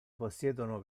possiedono